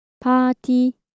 Party